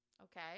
Okay